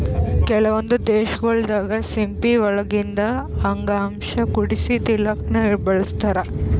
ಕೆಲವೊಂದ್ ದೇಶಗೊಳ್ ದಾಗಾ ಸಿಂಪಿ ಒಳಗಿಂದ್ ಅಂಗಾಂಶ ಕುದಸಿ ತಿಲ್ಲಾಕ್ನು ಬಳಸ್ತಾರ್